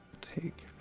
Take